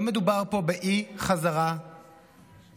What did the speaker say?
לא מדובר פה באי-חזרה לנצח,